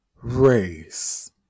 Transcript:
Race